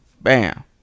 bam